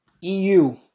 EU